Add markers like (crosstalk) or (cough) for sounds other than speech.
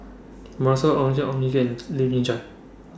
(unintelligible) Ong Tjoe Ong (unintelligible) Kim and Lee Kian Chye